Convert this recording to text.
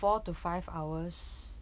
four to five hours